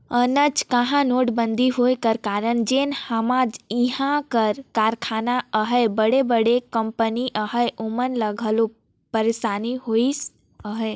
अनचकहा नोटबंदी होए का कारन जेन हमा इहां कर कारखाना अहें बड़े बड़े कंपनी अहें ओमन ल घलो पइरसानी होइस अहे